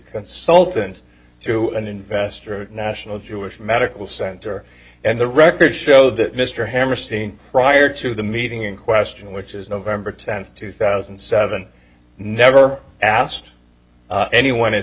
consultant to an investor at national jewish medical center and the records show that mr hammerstein prior to the meeting in question which is november tenth two thousand and seven never asked anyone